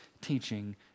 teaching